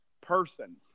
person